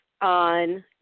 on